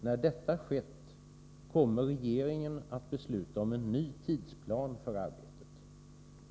När detta skett kommer regeringen att besluta om en ny tidsplan för arbetet.